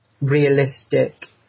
realistic